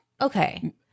okay